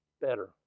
Better